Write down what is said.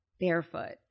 barefoot